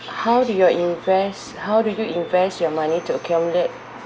how do you invest how do you invest your money to accumulate